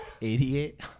Idiot